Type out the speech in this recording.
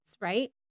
right